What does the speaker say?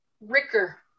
Ricker